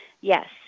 Yes